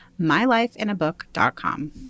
mylifeinabook.com